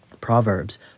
Proverbs